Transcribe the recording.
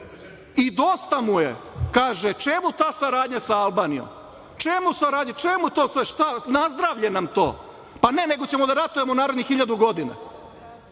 temi. Dosta mu je, kaže – čemu ta saradnja sa Albanijom? Čemu saradnja, čemu to sve? Šta, na zdravlje nam to? Ne, nego ćemo da ratujemo narednih 1.000 godina.